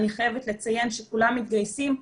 אני חייבת לציין שכולם מתגייסים.